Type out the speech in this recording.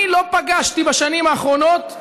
אני לא פגשתי בשנים האחרונות,